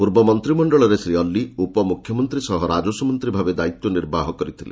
ପୂର୍ବ ମନ୍ତ୍ରିମଣ୍ଡଳରେ ଶ୍ରୀ ଅଲ୍ଲୀ ଉପମୁଖ୍ୟମନ୍ତ୍ରୀ ସହ ରାଜସ୍ୱମନ୍ତ୍ରୀ ଭାବେ ଦାୟିତ୍ୱ ନିର୍ବାହ କରିଥିଲେ